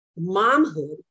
momhood